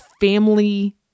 family